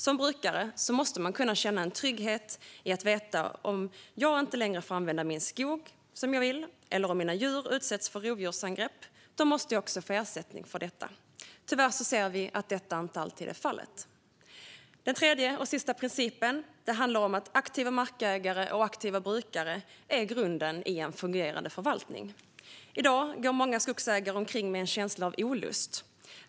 Som brukare måste man kunna känna en trygghet i att veta att om man inte längre får använda sin skog som man vill eller om ens djur utsätts för rovdjursangrepp ska man också få ersättning för detta. Tyvärr ser vi att detta inte alltid är fallet. Den tredje och sista principen handlar om att aktiva markägare och brukare är grunden i en fungerande förvaltning. I dag går många skogsägare omkring med en känsla av olust.